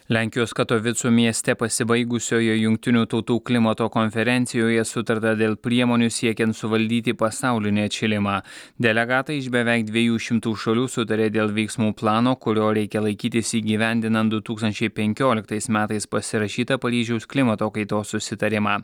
lenkijos katovicų mieste pasibaigusioje jungtinių tautų klimato konferencijoje sutarta dėl priemonių siekiant suvaldyti pasaulinį atšilimą delegatai iš beveik dviejų šimtų šalių sutarė dėl veiksmų plano kurio reikia laikytis įgyvendinant du tūkstančiai penkioliktais metais pasirašytą paryžiaus klimato kaitos susitarimą